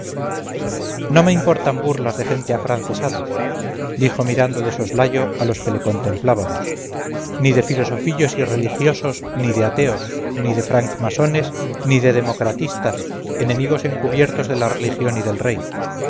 no me importan burlas de gente afrancesada dijo mirando de soslayo a los que le contemplábamos ni de filosofillos irreligiosos ni de ateos ni de francmasones ni de democratistas enemigos encubiertos de la religión y del rey